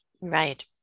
Right